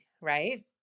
right